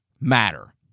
matter